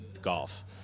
golf